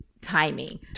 timing